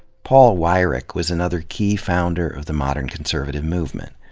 paul weyrich was another key founder of the modern conservative movement.